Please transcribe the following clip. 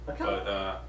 okay